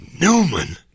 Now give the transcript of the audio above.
Newman